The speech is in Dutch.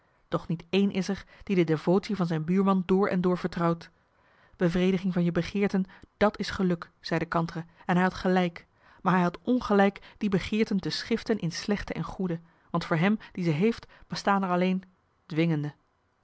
doch niet één is er die de devotie van zijn buurman door en door vertrouwt bevrediging van je begeerten dat is geluk zei de kantere en hij had gelijk maar hij had ongelijk die begeerten te schiften in slechte en goede want voor hem die ze heeft bestaan er alleen dwingende